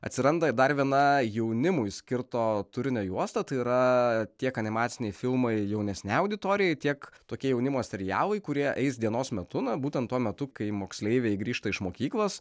atsiranda dar viena jaunimui skirto turinio juosta tai yra tiek animaciniai filmai jaunesnei auditorijai tiek tokie jaunimo serialai kurie eis dienos metu na būtent tuo metu kai moksleiviai grįžta iš mokyklos